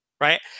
Right